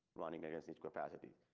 running against each capacity.